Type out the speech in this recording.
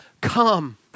come